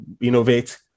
innovate